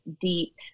deep